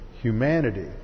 humanity